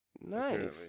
Nice